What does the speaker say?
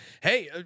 hey